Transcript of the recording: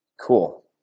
Cool